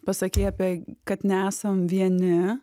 pasakei apie kad nesam vieni